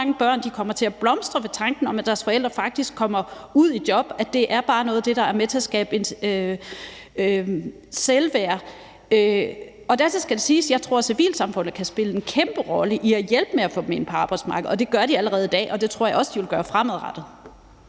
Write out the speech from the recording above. at mange børn kommer til at blomstre ved tanken om, at deres forældre faktisk kommer ud i job, for det er bare noget af det, der er med til at skabe selvværd. Dertil skal det siges, at jeg tror, at civilsamfundet kan spille en kæmpe rolle i at hjælpe med at få dem ind på arbejdsmarkedet. Det gør de allerede i dag, og det tror jeg også de vil gøre fremadrettet.